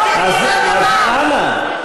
אנא.